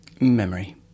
Memory